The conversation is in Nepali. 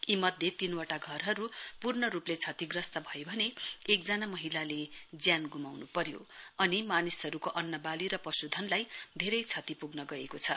यीमध्ये तीनवटा घरहरू पूर्ण रूपले क्षतिग्रस्त भए भने एकजना महिलाले ज्यान गुमाउन् पर्यो अनि मानिसहरूको अंन्नवाली र पशुधनलाई धेरै क्षति पुग्न गएको छ